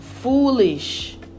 foolish